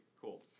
Cool